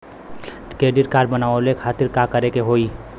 Credit card बनवावे खातिर का करे के होई?